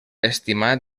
estimat